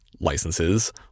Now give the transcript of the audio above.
licenses